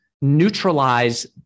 neutralize